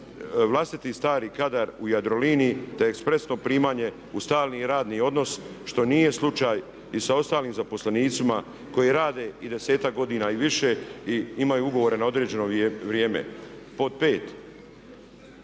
vlastiti stari kadar u Jadroliniji te ekspresno primanje u stalni radni odnos što nije slučaj i sa ostalim zaposlenicima koji rade i 10-ak godina i više i imaju ugovore na određeno vrijeme.